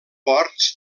ports